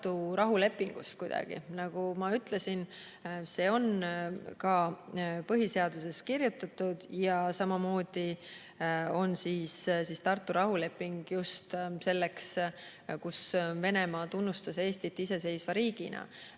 Tartu rahulepingust. Nagu ma ütlesin, see on ka põhiseaduses kirjas ja samamoodi on Tartu rahuleping just see, kus Venemaa tunnustas Eestit iseseisva riigina.